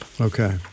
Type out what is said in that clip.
Okay